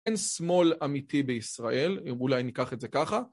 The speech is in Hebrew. אין שמאל אמיתי בישראל, אולי ניקח את זה ככה.